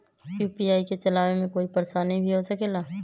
UPI के चलावे मे कोई परेशानी भी हो सकेला?